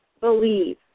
believe